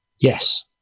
Yes